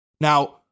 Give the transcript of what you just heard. Now